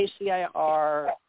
ACIR